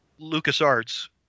LucasArts